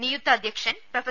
നിയുക്ത അധ്യക്ഷൻ പ്രൊഫ